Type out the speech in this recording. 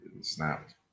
snapped